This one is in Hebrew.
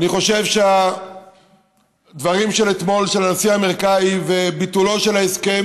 אני חושב שהדברים של אתמול של הנשיא האמריקני וביטולו של ההסכם,